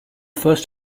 first